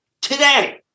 today